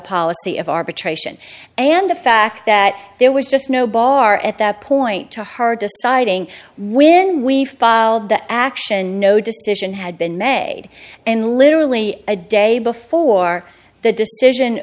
policy of arbitration and the fact that there was just no bar at that point to hard deciding when we filed the action no decision had been made and literally a day before the decision